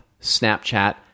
Snapchat